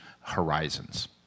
horizons